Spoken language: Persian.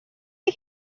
است